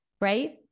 right